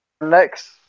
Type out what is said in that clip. Next